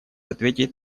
ответить